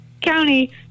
County